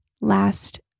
Last